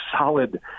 solid